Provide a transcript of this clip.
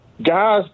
Guys